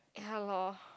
ya lor